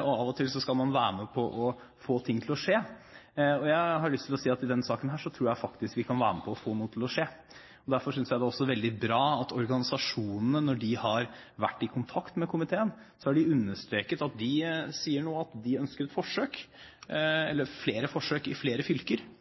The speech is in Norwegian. og av og til skal man være med på å få ting til å skje. Jeg har lyst til å si at i denne saken tror jeg faktisk vi kan være med på å få noe til å skje. Derfor synes jeg det også er veldig bra at organisasjonene, da de var i kontakt med komiteen, understreket at de ønsket flere forsøk i flere fylker, og at de ser på det som et